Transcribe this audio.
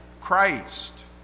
Christ